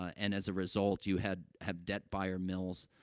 and as a result, you had have debt buyer mills,